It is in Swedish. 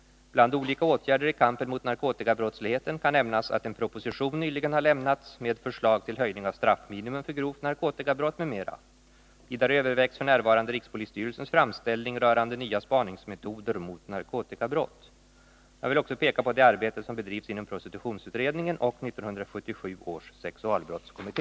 Bland olika åtgärder i kampen mot narkotikabrottsligheten kan nämnas att en proposition nyligen har lämnats med förslag till höjning av straffminimum för grovt narkotikabrott m.m. Vidare övervägs f. n. rikspolisstyrelsens framställning rörande nya spaningsmetoder när det gäller narkotikabrott. Jag vill också peka på det arbete som bedrivs inom prostitutionsutredningen och 1977 års sexualbrottskommitté .